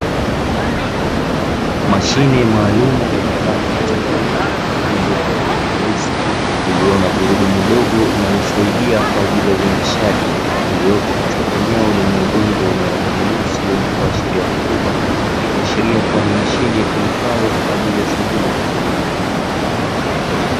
Mashine maalum yenye rangi mchanganyiko nyekundu pamoja na nyeusi iliyo na gurudumu dogo inayosaidia kwa ajili ya uendeshaji, iliyopo katika eneo lenye udongo wenye rangi nyeusi wenye kuashiria rutuba, likiashiria kuwa ni mashine itumikayo kwa ajili ya shughuli za kilimo.